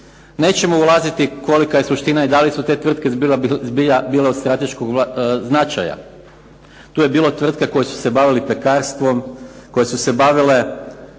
Nećemo ulaziti kolika je suština i da li su te tvrtke zbilja bile od strateškog značaja. Tu je bilo tvrtke koje su se bavile pekarstvom, koje su se bavile